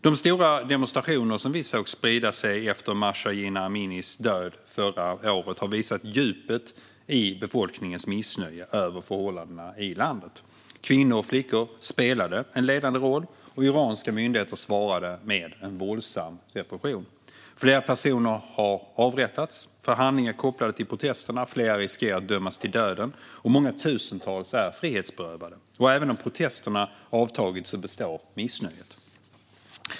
De stora demonstrationer som vi såg sprida sig efter Mahsa Jina Aminis död förra året har visat djupet i befolkningens missnöje över förhållandena i landet. Kvinnor och flickor spelade en ledande roll, och iranska myndigheter svarade med en våldsam repression. Flera personer har avrättats för handlingar kopplade till protesterna, flera riskerar att dömas till döden och många tusentals är frihetsberövade. Även om protesterna har avtagit består missnöjet.